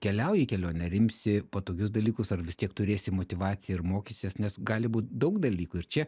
keliauji į kelionę ar imsi patogius dalykus ar vis tiek turėsi motyvaciją ir mokysies nes gali būt daug dalykų ir čia